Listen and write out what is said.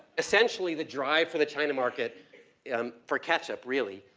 essentially the drive for the china market um for ketchup really,